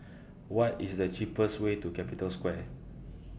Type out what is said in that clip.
What IS The cheapest Way to Capital Square